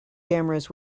cameras